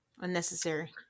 unnecessary